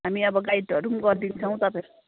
हामी अब गाइडहरू पनि गरिदिन्छौँ तपाईँहरू